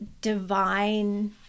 divine